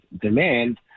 demand